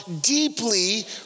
deeply